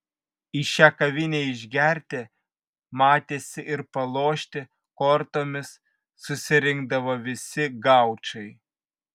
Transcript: į šią kavinę išgerti matėsi ir palošti kortomis susirinkdavo visi gaučai